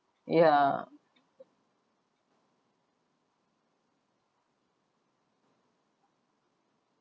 yeah